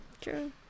True